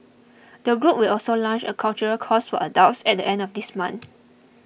the group will also launch a cultural course were adults at end of this month